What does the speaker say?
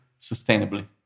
sustainably